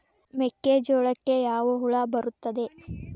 ಮೆಕ್ಕೆಜೋಳಕ್ಕೆ ಯಾವ ಹುಳ ಬರುತ್ತದೆ?